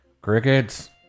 crickets